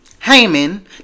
Haman